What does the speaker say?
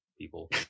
people